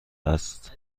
است